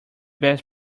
best